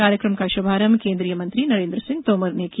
कार्यक्रम का शुभारंभ केन्द्रीय मंत्री नरेन्द्र सिंह तोमर ने किया